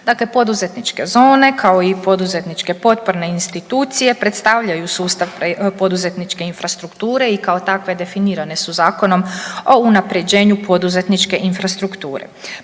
dakle poduzetničke zone kao i poduzetničke potporne institucije predstavljaju sustav poduzetničke infrastrukture i kao takve definirane su Zakonom o unapređenju poduzetničke infrastrukture.